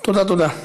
תודה,